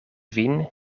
vin